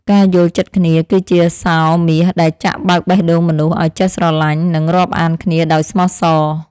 ការយល់ចិត្តគ្នា គឺជាសោរមាសដែលចាក់បើកបេះដូងមនុស្សឱ្យចេះស្រឡាញ់ និងរាប់អានគ្នាដោយស្មោះសរ។